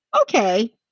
okay